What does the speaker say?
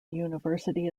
university